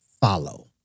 follow